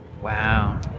Wow